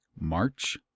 March